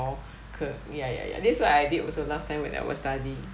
hor ya ya ya that's what I did also last time when I was study